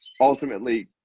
ultimately